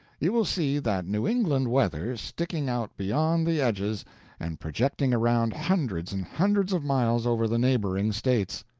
you will see that new england weather sticking out beyond the edges and projecting around hundreds and hundreds of miles over the neighboring states.